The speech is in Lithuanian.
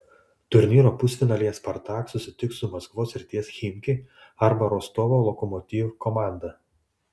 turnyro pusfinalyje spartak susitiks su maskvos srities chimki arba rostovo lokomotiv komanda